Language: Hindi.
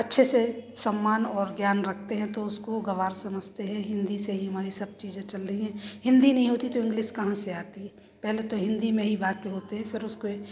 अच्छे से सम्मान और ज्ञान रखते हैं तो उसको गवार समझते हैं हिंदी से हमारी सब चीज चल रही है हिंदी नहीं होती तो इंग्लिश कहाँ से आती पहले तो हिंदी में ही बात होती फिर उसको